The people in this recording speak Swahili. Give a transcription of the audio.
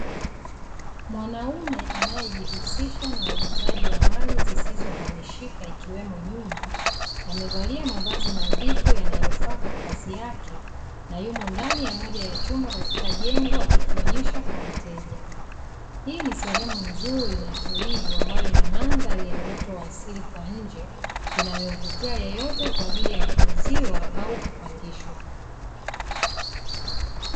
Mwanaume anayejihusisha na uuzaji wa mali zisizohamishika ikiwemo nyumba, amevalia mavazi nadhifu yanayofaa kwa kazi yake na yumo ndani ya moja ya chumba katika jengo akikionyesha kwa mteja. Hii ni sehemu nzuri na tulivu ambayo ina mandhari ya uoto wa asili kwa nje, inayomvutia yeyote kwa ajili ya kuuziwa au kupangishwa.